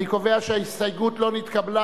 אני קובע שההסתייגות לא נתקבלה,